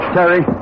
Terry